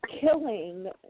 killing